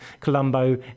colombo